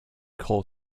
call